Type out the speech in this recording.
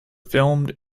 filmed